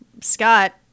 Scott